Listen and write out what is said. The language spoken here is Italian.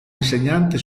insegnante